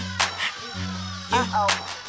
uh-oh